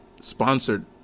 sponsored